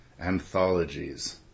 anthologies